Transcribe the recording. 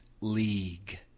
league